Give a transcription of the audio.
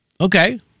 Okay